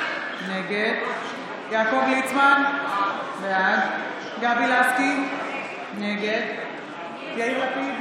נגד יעקב ליצמן, בעד גבי לסקי, נגד יאיר לפיד,